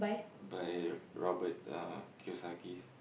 by Robert uh Kiyosaki